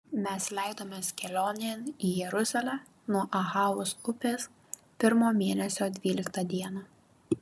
mes leidomės kelionėn į jeruzalę nuo ahavos upės pirmo mėnesio dvyliktą dieną